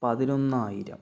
പതിനൊന്നായിരം